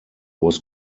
was